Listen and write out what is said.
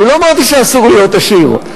אני לא אמרתי שאסור להיות עשיר.